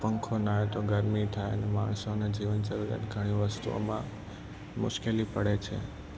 પંખો ના હોય તો ગરમી થાય અને માણસોને જીવન જરૂરિયાત ઘણી વસ્તુઓમાં મુશ્કેલી પડે છે